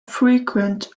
frequent